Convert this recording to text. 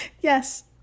Yes